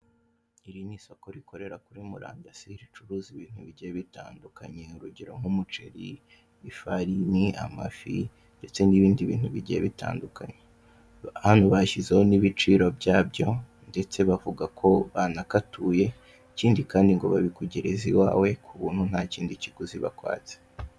Iri ni isoko rikorera kuri murandasi, ricuruza ibintu bigiye bitandukanye urugero nk'umuceri, ifarini, amafi, ndetse n'ibindi bintu bigiye bitandukanye. Hano bashyizeho n'ibiciro byabyo ndetse bavuga ko banakatuye, ikindi kandi ngo babikugereza iwawe kubuntu ntakindi kiguzi bakwatse.